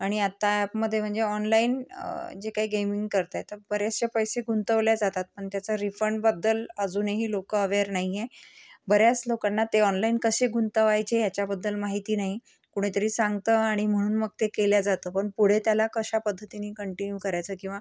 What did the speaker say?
आणि आता ॲपमध्ये म्हणजे ऑनलाइन जे काही गेमिंग करत आहेत तर बरेचसे पैसे गुंतवले जातात पण त्याचा रिफंडबद्दल अजूनही लोकं अवेर नाही आहे बऱ्याच लोकांना ते ऑनलाइन कसे गुंतवायचे ह्याच्याबद्दल माहिती नाही कुणीतरी सांगतं आणि म्हणून मग ते केलं जातं पण पुढे त्याला कशा पद्धतीनी कंटिन्यू करायचं आहे किंवा